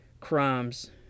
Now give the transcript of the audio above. crimes